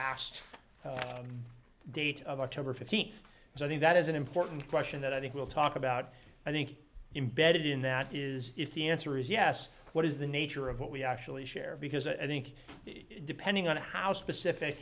asked the date of october fifteenth so i think that is an important question that i think we'll talk about i think embedded in that is if the answer is yes what is the nature of what we actually share because a think depending on how specific